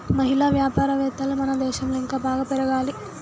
మహిళా వ్యాపారవేత్తలు మన దేశంలో ఇంకా బాగా పెరగాలి